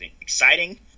exciting